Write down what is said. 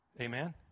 Amen